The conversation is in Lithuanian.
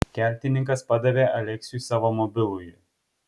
keltininkas padavė aleksiui savo mobilųjį